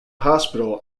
hospital